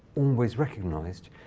always recognized,